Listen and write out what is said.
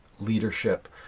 leadership